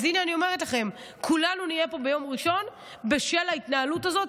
אז הינה אני אומרת לכם: כולנו נהיה פה ביום ראשון בשל ההתנהלות הזאת,